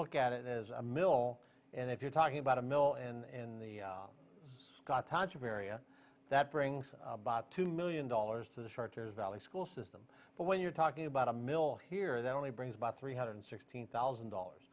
look at it as a mill and if you're talking about a mill in the scott tantrum area that brings about two million dollars to the charter's valley school system but when you're talking about a mill here that only brings about three hundred sixteen thousand dollars